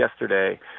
yesterday